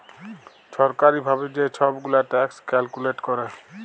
ছরকারি ভাবে যে ছব গুলা ট্যাক্স ক্যালকুলেট ক্যরে